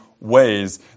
ways